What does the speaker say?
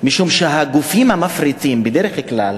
כי הגופים המפריטים, בדרך כלל